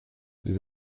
vous